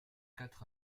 quatre